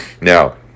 Now